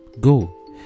Go